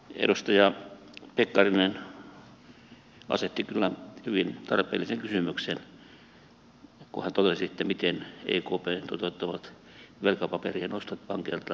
edustaja pekkarinen asetti kyllä hyvin tarpeellisen kysymyksen kun hän totesi miten ekpn toteuttamat velkapaperien ostot pankeilta toteutetaan